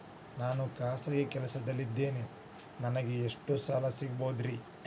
ನಾನು ಖಾಸಗಿ ಕೆಲಸದಲ್ಲಿದ್ದೇನೆ ನನಗೆ ಎಷ್ಟು ಸಾಲ ಸಿಗಬಹುದ್ರಿ?